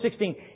16